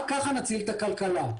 רק ככה נציל את הכלכלה.